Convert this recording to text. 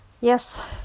yes